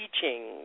teaching